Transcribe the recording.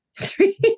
Three